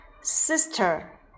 Sister